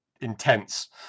intense